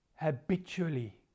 habitually